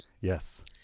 Yes